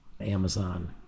Amazon